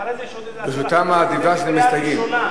ברשותם האדיבה של המסתייגים.